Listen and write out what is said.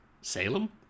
Salem